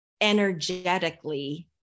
energetically